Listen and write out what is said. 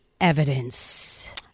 evidence